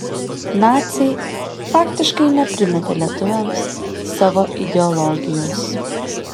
naciai faktiškai neprimetė lietuviams savo ideologijos